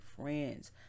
friends